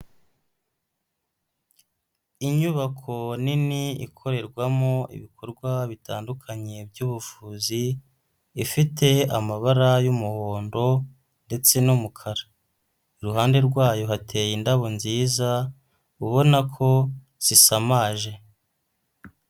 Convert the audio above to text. Inyubako nini ikorerwamo ibikorwa bitandukanye by'ubuvuzi, ifite amabara y'umuhondo ndetse n'umukara. iruhande rwayo hateye indabo nziza, ubona ko zisamaje.